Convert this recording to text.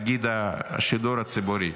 תאגיד השידור הציבורי.